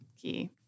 key